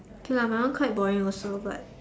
okay lah my one quite boring also but